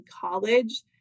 college